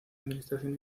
administración